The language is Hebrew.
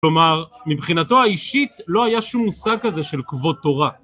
כלומר, מבחינתו האישית לא היה שום מושג כזה של כבוד תורה.